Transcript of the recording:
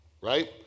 right